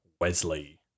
Wesley